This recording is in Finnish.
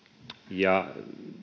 ja